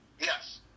Yes